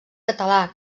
català